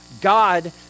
God